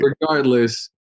regardless